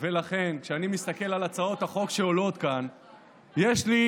כשאני מסתכל על הצעות החוק שעולות כאן יש לי